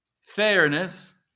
fairness